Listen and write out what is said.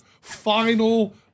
final